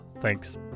Thanks